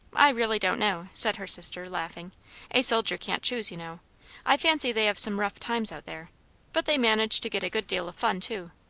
i really don't know, said her sister, laughing a soldier can't choose, you know i fancy they have some rough times out there but they manage to get a good deal of fun too.